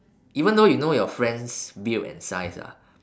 even though you know your friend's build and size ah